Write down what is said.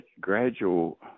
gradual